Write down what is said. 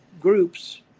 groups